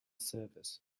service